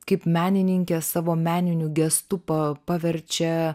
kaip menininkė savo meniniu gestu pa paverčia